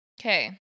Okay